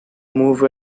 move